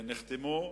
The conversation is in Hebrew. שנחתמו,